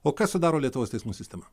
o kas sudaro lietuvos teismų sistemą